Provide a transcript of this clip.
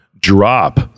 drop